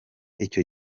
icyo